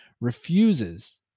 refuses